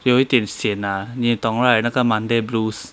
有一点 sian lah 你懂 right 那个 monday blues